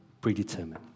predetermined